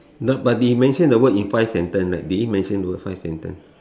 no but he mention the word in five sentence like did he mention the word five sentence